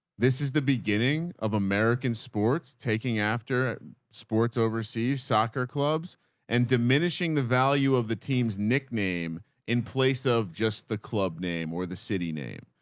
this is the beginning of american sports taking after sports overseas soccer clubs and diminishing the value of the teams nickname in place of just the club name or the city name.